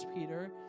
Peter